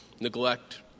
neglect